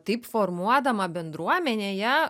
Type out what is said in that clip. taip formuodama bendruomenėje